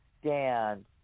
stand